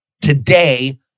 today